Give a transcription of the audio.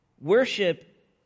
worship